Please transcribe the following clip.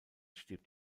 stirbt